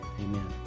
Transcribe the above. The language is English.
amen